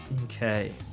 Okay